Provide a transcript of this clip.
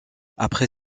après